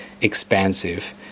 expansive